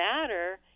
matter